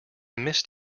missed